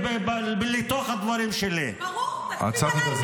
רגע, חשבתי.